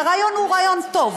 הרעיון הוא רעיון טוב,